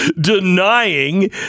denying